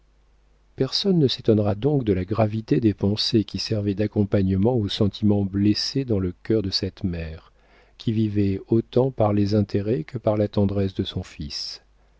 personne ne s'étonnera donc de la gravité des pensées qui servaient d'accompagnement aux sentiments blessés dans le cœur de cette mère qui vivait autant par les intérêts que par la tendresse de son fils